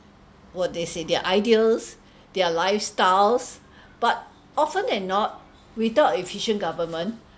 world they say their ideas their lifestyles but often than not without efficient government